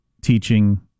teaching